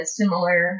similar